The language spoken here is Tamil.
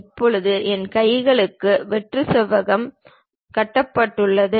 இப்போது என் கைகளும் வெற்று செவ்வகம் கட்டப்பட்டுள்ளன